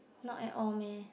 not at all meh